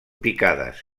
picades